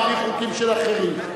מעביר חוקים של אחרים.